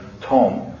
Tom